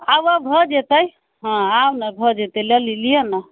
आउ आउ भऽ जेतै हँ आउ ने भऽ जेतै लिअ ने